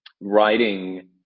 writing